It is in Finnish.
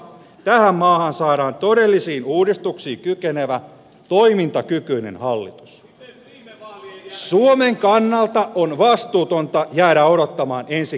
tähän maahan saadaan todellisiin uudistuksiin kykenevä toimintakykyinen hallitus suomen kannalta on vastuutonta jäädä odottamaan ensi